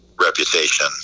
reputation